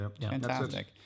Fantastic